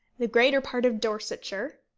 the greater part of dorsetshire,